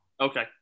Okay